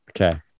Okay